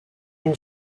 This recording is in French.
une